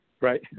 right